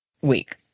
week